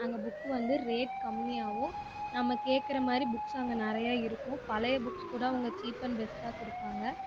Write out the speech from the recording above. அங்கே புக் வந்து ரேட் கம்மியாகவும் நம்ம கேக்கிற மாதிரி புக்ஸ் அங்கே நிறைய இருக்கும் பழைய புக்ஸ் கூட அவங்கள் சீப் அண்ட் பெஸ்ட்டாக கொடுப்பாங்க